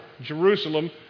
Jerusalem